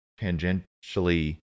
tangentially